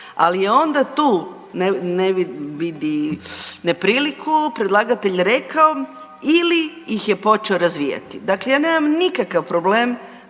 Ali onda tu ne vidi, nepriliku, predlagatelj rekao ili ih je počeo razvijati. Dakle, ja nemam nikakav problem